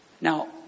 Now